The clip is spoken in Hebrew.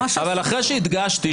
אבל אחרי שהדגשתי,